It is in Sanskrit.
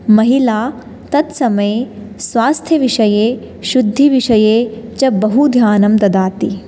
महिला तत्समये स्वास्थ्यविषये शुद्धिविषये च बहुध्यानं ददाति